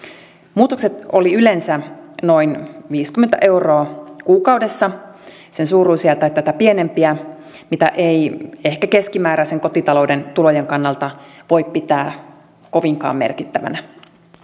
muutokset olivat yleensä noin viisikymmentä euroa kuukaudessa sen suuruisia tai tätä pienempiä mitä ei ehkä keskimääräisen kotitalouden tulojen kannalta voi pitää kovinkaan merkittävänä